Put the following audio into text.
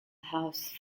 house